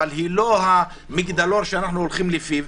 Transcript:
אבל היא לא המגדלור שאנחנו הוליכם לפיו.